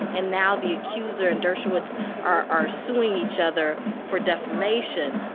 and now the accuser and dershowitz are are suing each other for defamation.